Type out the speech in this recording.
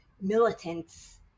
militants